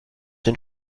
den